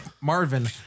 Marvin